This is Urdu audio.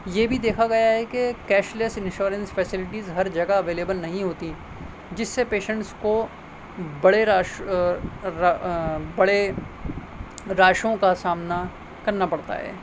یہ بھی دیکھا گیا ہے کہ کیش لیس انشورنس فیسلٹیز ہر جگہ اویل ایول نہیں ہوتی جس سے پییشنٹس کو بڑے بڑے راشوں کا سامنا کرنا پڑتا ہے